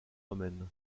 romaine